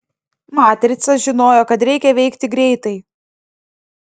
matrica žinojo kad reikia veikti greitai